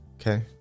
Okay